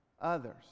others